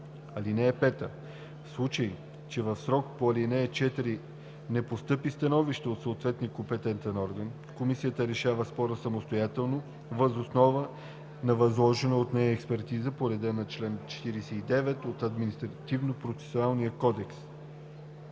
т. 2; (5) В случай че в срока по ал. 4 не постъпи становище от съответния компетентен орган, Комисията решава спора самостоятелно въз основа на възложена от нея експертиза по реда на чл. 49 от Административнопроцесуалния кодекс.